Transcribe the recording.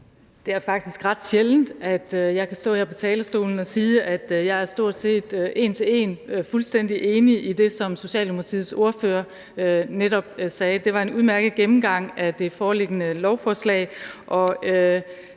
Det er faktisk ret sjældent, at jeg kan stå her på talerstolen og sige at jeg stort set en til en er fuldstændig enig i det, som Socialdemokratiets ordfører netop sagde. Det var en udmærket gennemgang af det foreliggende lovforslag,